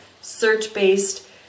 search-based